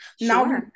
now